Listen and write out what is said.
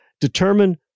determine